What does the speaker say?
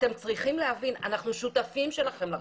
אתם צריכים להבין, אנחנו שותפים שלכם לרפורמה,